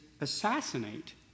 assassinate